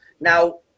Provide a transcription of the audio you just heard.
now